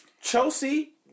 Chelsea